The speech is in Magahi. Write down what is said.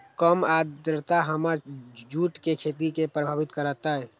कम आद्रता हमर जुट के खेती के प्रभावित कारतै?